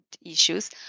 issues